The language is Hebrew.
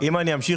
ברוח הימים שלנו.